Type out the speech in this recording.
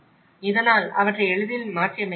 இதனால் அவற்றை எளிதில் மாற்றியமைக்க முடியும்